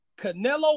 Canelo